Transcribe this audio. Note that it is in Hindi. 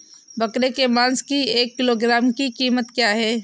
बकरे के मांस की एक किलोग्राम की कीमत क्या है?